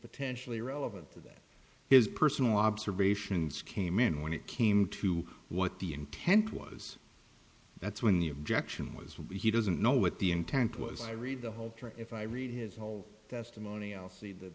potentially relevant that his personal observations came in when it came to what the intent was that's when the objection was he doesn't know what the intent was i read the whole if i read his whole testimony else the